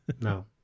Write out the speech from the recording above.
no